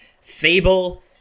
Fable